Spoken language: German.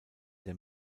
der